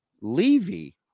Levy